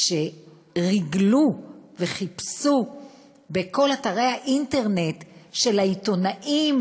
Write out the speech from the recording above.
שריגלו וחיפשו בכל אתרי האינטרנט של העיתונאים